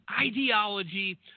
ideology